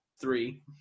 three